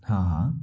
हाँ हाँ